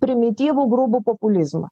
primityvų grubų populizmą